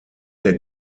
der